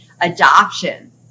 Adoption